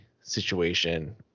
situation